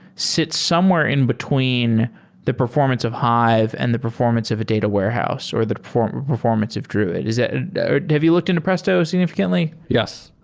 sits somewhere in between the performance of hive and the performance of a data warehouse, or the performance performance of druid. ah have you looked into presto signifi cantly? yes.